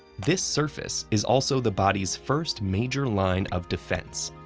this surface is also the body's first major line of defense.